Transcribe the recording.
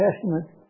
Testament